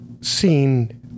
seen